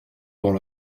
dans